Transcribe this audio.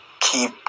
keep